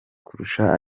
kurusha